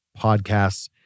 podcasts